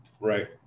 right